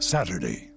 Saturday